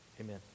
Amen